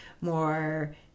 more